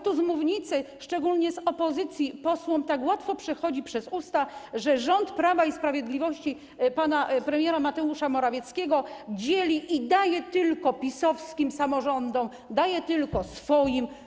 Posłom z mównicy, szczególnie z opozycji, tak łatwo przechodzi przez usta to, że rząd Prawa i Sprawiedliwości pana premiera Mateusza Morawieckiego dzieli i daje tylko pisowskim samorządom, daje tylko swoim.